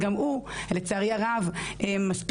וגם הוא לצערי הרב לא מספיק.